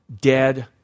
dead